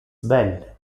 belle